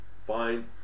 fine